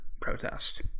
protest